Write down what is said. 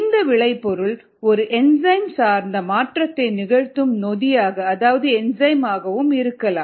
இந்த விளைபொருள் ஒரு என்சைம் சார்ந்த மாற்றத்தை நிகழ்த்தும் நொதியாக அதாவது என்சைம் ஆக இருக்கலாம்